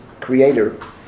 creator